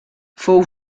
fou